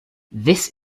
this